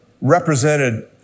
represented